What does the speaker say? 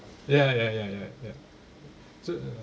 ya ya ya ya ya so